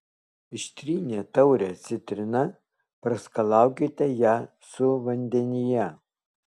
ištrynę taurę citrina praskalaukite ją su vandenyje